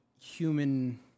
human